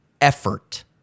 effort